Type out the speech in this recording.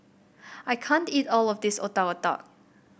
I can't eat all of this Otak Otak